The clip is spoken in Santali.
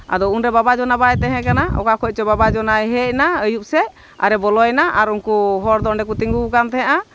ᱟᱫᱚ ᱩᱱᱨᱮ ᱵᱟᱵᱟ ᱡᱚᱱᱟ ᱵᱟᱭ ᱛᱟᱦᱮᱸ ᱠᱟᱱᱟ ᱚᱠᱟ ᱠᱷᱚᱡ ᱪᱚᱭ ᱵᱟᱵᱟ ᱡᱚᱱᱟᱭ ᱦᱮᱡᱱᱟ ᱟᱹᱭᱩᱵ ᱥᱮᱜ ᱟᱨᱮ ᱵᱚᱞᱚᱭᱮᱱᱟ ᱟᱨ ᱩᱱᱠᱩ ᱦᱚᱲ ᱫᱚ ᱚᱸᱰᱮ ᱠᱚ ᱛᱤᱸᱜᱩ ᱠᱟᱱ ᱛᱟᱦᱮᱸᱜᱼᱟ